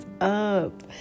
up